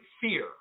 fear